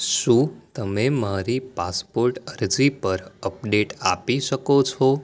શું તમે મારી પાસપોર્ટ અરજી પર અપડેટ આપી શકો છો